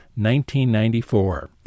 1994